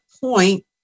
Point